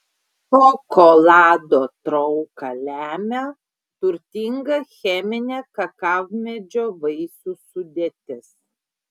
šokolado trauką lemia turtinga cheminė kakavmedžio vaisių sudėtis